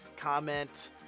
comment